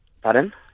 Pardon